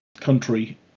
country